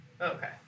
Okay